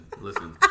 Listen